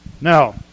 Now